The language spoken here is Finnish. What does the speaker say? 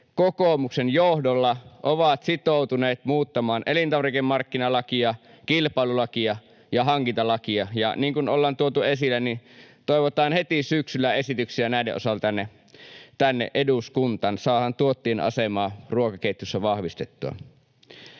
kokoomuksen johdolla ovat sitoutuneet muuttamaan elintarvikemarkkinalakia, kilpailulakia ja hankintalakia, ja niin kuin ollaan tuotu esille, toivotaan heti syksyllä esityksiä näiden osalta tänne eduskuntaan, niin että saadaan tuottajien asemaa ruokaketjussa vahvistettua.